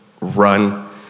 run